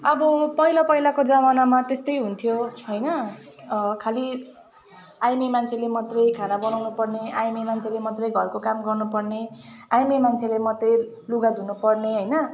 अब पहिला पहिलाको जमानामा त्यस्तै हुन्थ्यो होइन खालि आइमाई मान्छेले मात्रै खाना बनाउनुपर्ने आइमाई मान्छेले मात्रै घरको काम गर्नुपर्ने आइमाई मान्छेले मात्रै लुगा धुनुपर्ने होइन